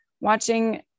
Watching